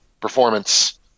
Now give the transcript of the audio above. performance